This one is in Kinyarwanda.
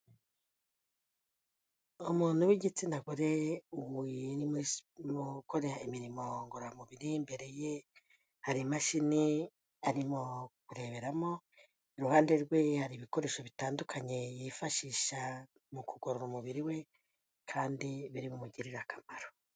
Umuntu w'igitsina gore uba uri gukora imirimo ngororamubiri, imbere ye hari imashini arimo kureberamo, iruhande rwe hari ibikoresho bitandukanye yifashisha mu kugorora umubiri we kandi biri bumugirire akamaro.